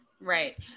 right